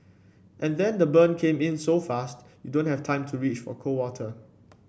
and then the burn came in so fast you don't have time to reach for cold water